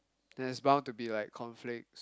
there's bound to be like conflicts